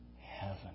heaven